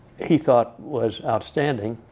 he thought was outstanding.